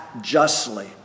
justly